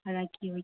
आगा कि होइ